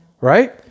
Right